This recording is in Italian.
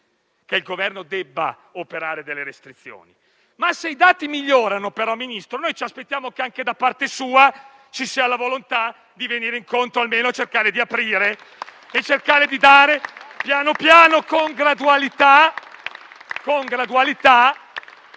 che il Governo debba operare delle restrizioni. Se però i dati migliorano, Ministro, noi ci aspettiamo che anche da parte sua ci sia la volontà di venire incontro e cercare di aprire, piano piano, con gradualità, quelle